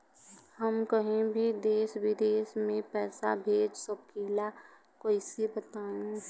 हम कहीं भी देश विदेश में पैसा भेज सकीला कईसे बताई?